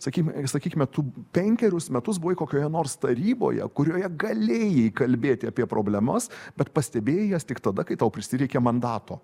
sakykime sakykime tu penkerius metus buvai kokioje nors taryboje kurioje galėjai kalbėti apie problemas bet pastebėjai jas tik tada kai tau prisireikė mandato